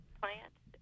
plants